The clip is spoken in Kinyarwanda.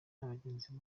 n’abagenzi